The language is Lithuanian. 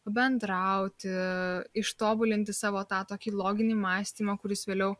pabendrauti ištobulinti savo tą tokį loginį mąstymą kuris vėliau